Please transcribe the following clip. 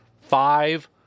five